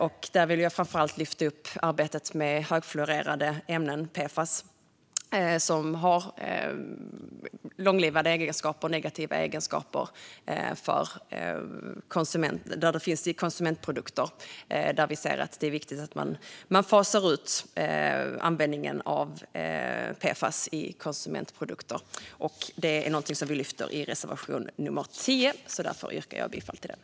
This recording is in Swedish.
Jag vill framför allt lyfta upp arbetet med högflourerade ämnen, PFAS, som har långlivade negativa egenskaper när de finns i konsumentprodukter. Vi ser att det är viktigt att man fasar ut användningen av PFAS i dessa produkter, och det är någonting som vi lyfter i reservation nummer 10. Därför yrkar jag bifall till den.